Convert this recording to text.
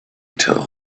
tell